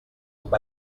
amb